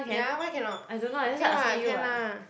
ya why cannot okay [what] can lah